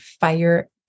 fire